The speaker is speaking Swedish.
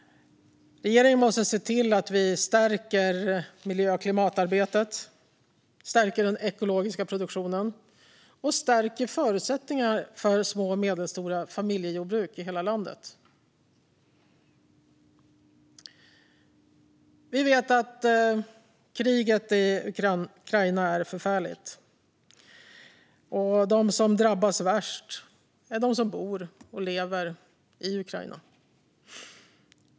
Regeringen måste se till att vi stärker miljö och klimatarbetet, stärker den ekologiska produktionen och stärker förutsättningarna för små och medelstora familjejordbruk i hela landet. Vi vet att kriget i Ukraina är förfärligt. De som drabbas värst är de som bor och lever i Ukraina.